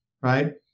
right